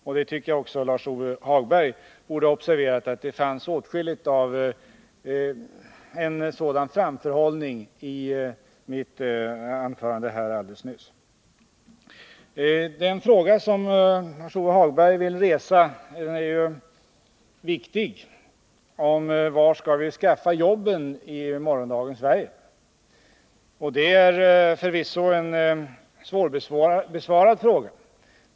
Jag tycker också att Lars-Ove Hagberg borde ha observerat att det fanns åtskilligt av sådan framförhållning i mitt anförande här alldeles nyss. Den fråga som Lars-Ove Hagberg vill resa är ju viktig, dvs. frågan om var vi skall skaffa jobben i morgondagens Sverige. Det är förvisso en svårbesvarad fråga.